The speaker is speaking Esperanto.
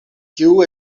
kiu